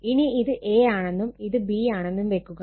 ഇനി ഇത് a ആണെന്നും ഇത് b ആണെന്നും വെക്കുക